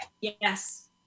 yes